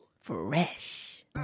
Fresh